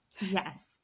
Yes